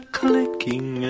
clicking